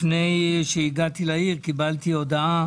לפני שהגעתי לעיר קיבלתי הודעה